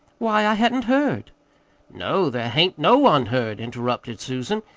why, i hadn't heard no, there hain't no one heard, interrupted susan.